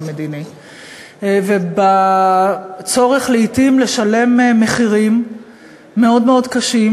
המדיני ובצורך לעתים לשלם מחירים מאוד קשים,